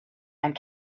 and